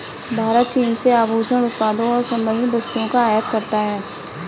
भारत चीन से आभूषण उत्पादों और संबंधित वस्तुओं का आयात करता है